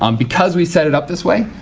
um because we set it up this way.